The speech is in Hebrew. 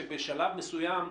שבשלב מסוים,